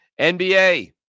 NBA